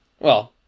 Well-